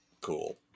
Cool